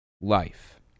life